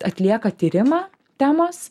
atlieka tyrimą temos